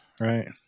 right